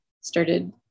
started